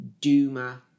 Duma